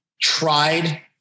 tried